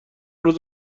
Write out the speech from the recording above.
روز